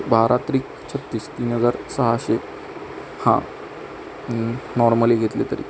बारा त्रिक छत्तीस तीन हजार सहाशे हा नॉर्मली घेतलं तरी